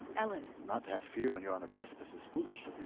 alan. not to have fear when you're on a precipice is foolish,